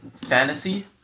fantasy